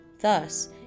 Thus